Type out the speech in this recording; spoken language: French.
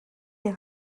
des